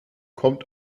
kommt